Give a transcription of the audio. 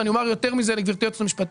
ואני אומר יותר מזה לגברתי היועצת המשפטית,